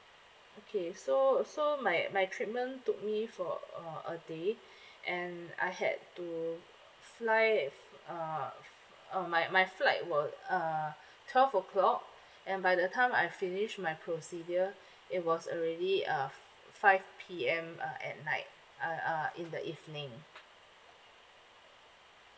okay so so my my treatment took me for uh a day and I had to fly uh uh my my flight was uh twelve O'clock and by the time I finish my procedure it was already uh five P_M uh at night uh uh in the evening